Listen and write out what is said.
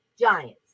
Giants